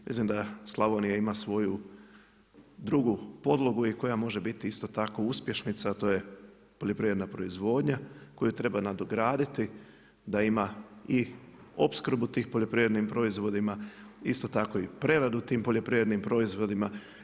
Mislim da Slavojnija ima svoju drugu podlogu i koja može biti isto tako uspješnica, a to je poljoprivredna proizvodnja koju treba nadograditi da ima i opskrbu tih poljoprivrednim proizvodima, isto tako i preradu tim poljoprivrednim proizvodima.